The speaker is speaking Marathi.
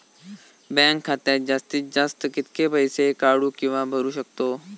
बँक खात्यात जास्तीत जास्त कितके पैसे काढू किव्हा भरू शकतो?